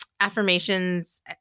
affirmations